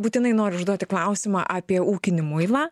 būtinai noriu užduoti klausimą apie ūkinį muilą